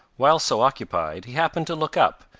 while so occupied, he happened to look up,